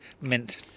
mint